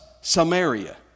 Samaria